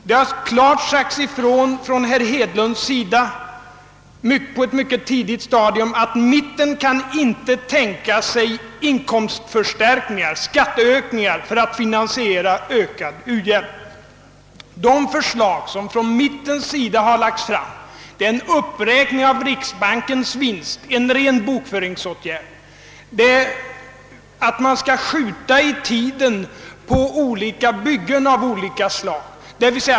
Det har klart sagts ifrån av herr Hedlund på ett mycket tidigt stadium att »mitten» inte kan tänka sig inkomstförstärkningar i form av skatteökningar för att finansiera ökad u-hjälp. De förslag som från »mittens» sida har lagts fram innebär en uppräkning av riksbankens vinst, en ren bokföringsåtgärd, och uppskjutande av byggen av olika slag.